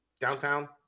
downtown